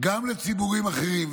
גם לציבורים אחרים,